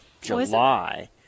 July